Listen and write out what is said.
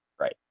Right